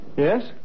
Yes